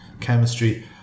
chemistry